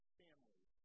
families